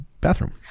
bathroom